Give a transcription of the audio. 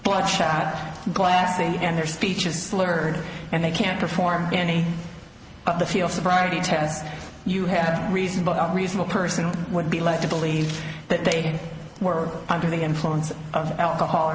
bloodshot glassy and their speech is slurred and they can't perform any of the field sobriety tests you have reasonable doubt reasonable person would be led to believe that they were under the influence of alcohol or